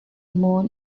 moon